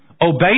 obey